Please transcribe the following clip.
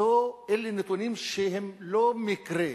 נתונים שהם לא מקרה,